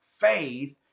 faith